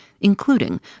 including